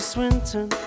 Swinton